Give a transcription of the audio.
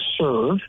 serve